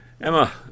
Emma